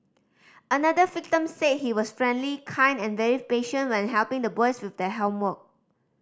another victim said he was friendly kind and very patient when helping the boys with their homework